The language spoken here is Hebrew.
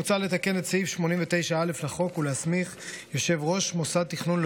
מוצע לתקן את סעיף 89א לחוק ולהסמיך יושב-ראש מוסד תכנון,